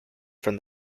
from